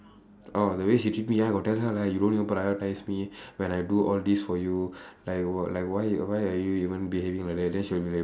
orh the way she treat me ya I got tell her lah you don't even prioritise me when I do all this for you like wh~ like why why are you even behaving like that then she'll be like